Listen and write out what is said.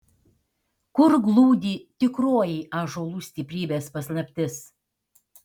kur glūdi tikroji ąžuolų stiprybės paslaptis